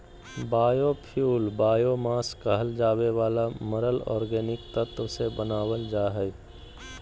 biofuel biomass कहल जावे वाला मरल ऑर्गेनिक तत्व से बनावल जा हइ